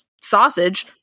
sausage